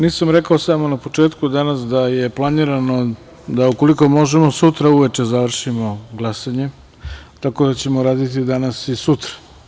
Nisam rekao na početku da je planirano da, ukoliko možemo, sutra uveče završimo glasanje, tako da ćemo raditi danas i sutra.